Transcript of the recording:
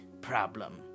problem